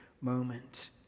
moment